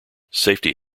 safety